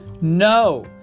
No